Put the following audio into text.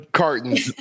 cartons